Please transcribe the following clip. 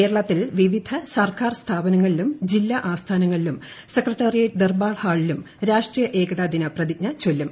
കേരളത്തിൽ ഫിപ്പിക് സർക്കാർ സ്ഥാപനങ്ങളിലും ജില്ലാ ആസ്ക്ട്രിന്ങ്ങളിലും സെക്രട്ടറിയേറ്റ് ദർബാർ ഹാളിലും രാഷ്ട്രീയു ഏക്താ ദിന പ്രതിജ്ഞ ചൊല്ലും